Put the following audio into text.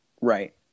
right